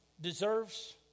deserves